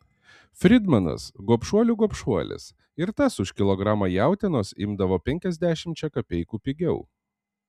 fridmanas gobšuolių gobšuolis ir tas už kilogramą jautienos imdavo penkiasdešimčia kapeikų pigiau